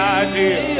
idea